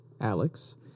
Alex